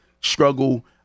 struggle